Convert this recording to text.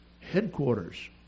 headquarters